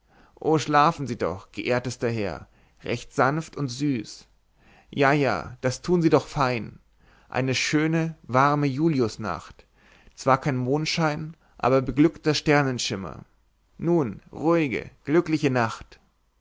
o schlafen sie doch geehrtester herr recht sanft und süß ja ja das tun sie doch fein eine schöne warme juliusnacht zwar kein mondschein aber beglückter sternenschimmer nun ruhige glückliche nacht